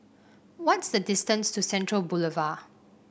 what's the distance to Central Boulevard